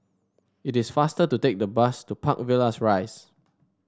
it is faster to take the bus to Park Villas Rise